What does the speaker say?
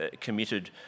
committed